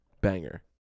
Banger